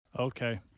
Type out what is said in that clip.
okay